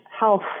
health